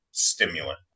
Stimulant